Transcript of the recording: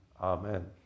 Amen